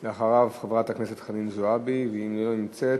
אחריו, חברת הכנסת חנין זועבי, ואם היא לא נמצאת,